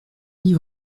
dit